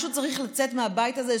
משהו צריך לצאת מהבית הזה,